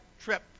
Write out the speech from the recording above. trip